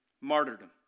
Martyrdom